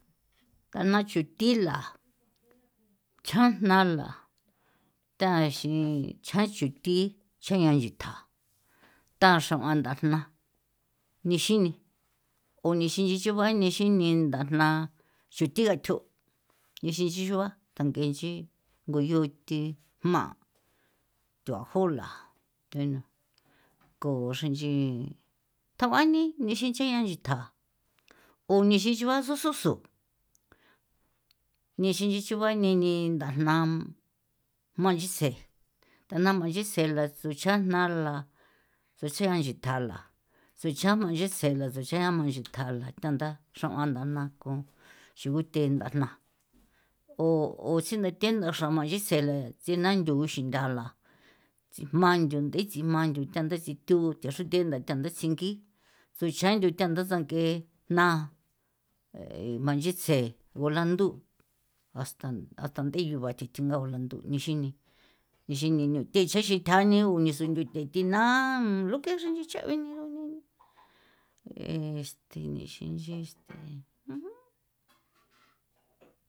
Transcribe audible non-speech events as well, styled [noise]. Thana chuthila [noise] chjan jna la taxin chjan chuthi che nchitha taxa'uan nthajna nixini o nixin nchi chuba nixini ntha jna xuthi gathjo inxin xinchuba thange xi guyothi jma' thuajula thunu [noise] ko xenchi thaoani nixin xiani thja o nixi chuba sususu nexin nchuba neni nthajna manyase tana manyasela suchana la suche anche thjala suchama ya se la secheama nchee thjala thantha xraoanana ko xru guthe ndajma o sunthathetha xrama yise la sinda xru tsingala tsinjma nyun tse tsinjma nyun cha ndetsithu thexrithe thanda tsengi tsuxranda sang'e njna ee manchitse gulandu asts ngi gethi tsingao landu nichini nixinine thixexi thja ni onisu nthu thethina [noise] lo ke xenchi che biniego nii [noise] este nexinxi este. [noise] [noise]